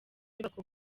inyubako